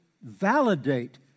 Validate